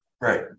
Right